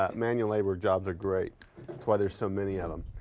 ah manual labor jobs are great, that's why there's so many of them.